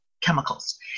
chemicals